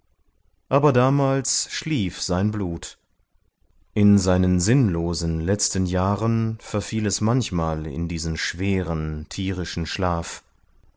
aber damals schlief sein blut in seinen sinnlosen letzten jahren verfiel es manchmal in diesen schweren tierischen schlaf